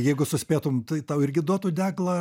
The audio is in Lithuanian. jeigu suspėtum tai tau irgi duotų deglą